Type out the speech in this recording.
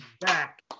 back